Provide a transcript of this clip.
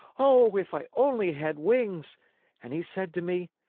oh, if i only had wings and he said to me,